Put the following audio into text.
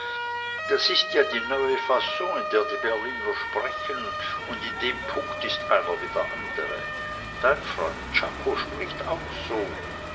das ist ja die neue faon in der die berliner sprechen und in dem punkt ist einer wie der andre dein freund czako spricht auch so